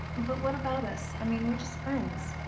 but what about us? i mean, we're just friends.